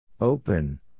Open